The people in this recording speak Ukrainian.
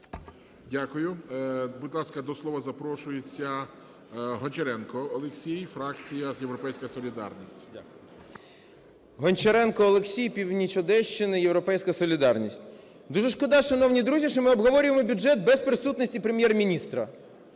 Дякую. Будь ласка, до слова запрошується Гончаренко Олексій, фракція "Європейська солідарність". 14:55:22 ГОНЧАРЕНКО О.О. Гончаренко Олексій, північ Одещини, "Європейська солідарність". Дуже шкода, шановні друзі, що ми обговорюємо бюджет без присутності Прем'єр-міністра.